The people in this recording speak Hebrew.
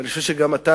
ואני חושב שגם אתה,